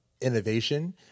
innovation